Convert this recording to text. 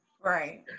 right